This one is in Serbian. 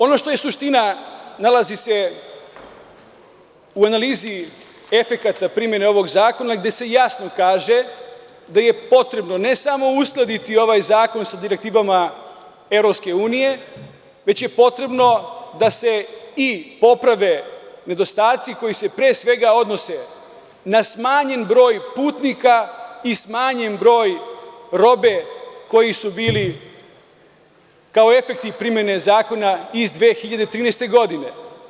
Ono što je suština nalazi se u analizi efekata primene ovog zakona, gde se jasno kaže da je potrebno ne samo uskladiti ovaj zakon sa direktivama EU, već je potrebno da se poprave nedostaci koji se, pre svega, odnose na smanjen broj putnika i smanjen broj robe koji su bili kao efekti primene zakona iz 2013. godine.